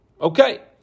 Okay